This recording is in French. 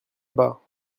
bas